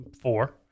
Four